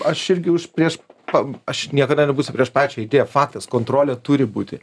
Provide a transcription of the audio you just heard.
aš irgi už prieš pat aš niekada nebūsiu prieš pačią idėją faktas kontrolė turi būti